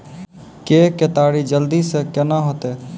के केताड़ी जल्दी से के ना होते?